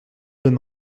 deux